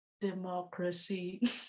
democracy